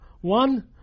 One